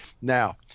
Now